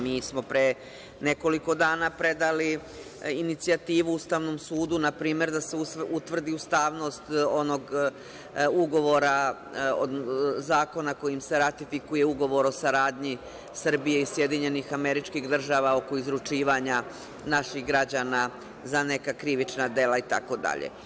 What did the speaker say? Mi smo pre nekoliko dana predali inicijativu Ustavnom sudu, na primer, da se utvrdi ustavnost onog ugovora, zakona kojim se ratifikuje ugovor o saradnji Srbije i SAD-a oko izručivanja naših građana za neka krivična dela, itd.